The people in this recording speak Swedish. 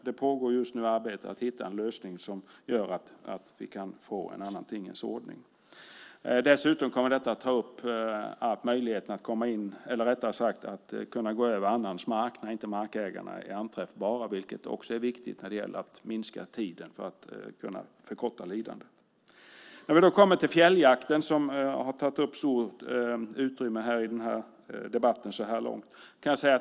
Det pågår just nu ett arbete för att hitta en lösning som gör att vi kan få en annan tingens ordning. Dessutom kommer man att ta upp möjligheten att gå över annans mark när inte markägaren är anträffbar, vilket också är viktigt för att minska tiden och förkorta djurets lidande. Fjälljakten har tagit stort utrymme i debatten så här långt.